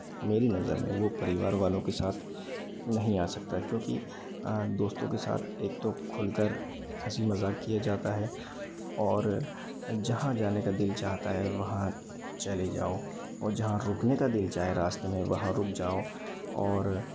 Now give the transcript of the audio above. मेरी नज़र में वो परिवार वालों के साथ नहीं आ सकता है क्योंकि दोस्तों के साथ एक तो खुल कर हंसी मज़ाक किया जाता है और जहाँ जाने का दिल चाहता है वहाँ चले जाओ और जहाँ रुकने का दिल चाहे रास्ते में वहाँ रुक जाओ और